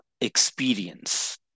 experience